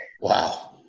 Wow